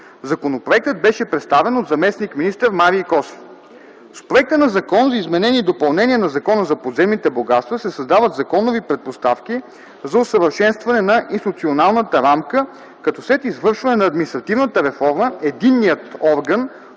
Законопроектът беше представен от заместник-министър Марий Косев. С проекта на Закон за изменение и допълнение на Закона за подземните богатства се създават законови предпоставки за усъвършенстване на институционалната рамка, като след извършване на административната реформа единният орган